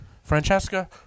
Francesca